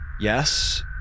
Yes